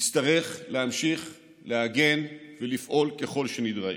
נצטרך להמשיך להגן ולפעול ככל שנידרש.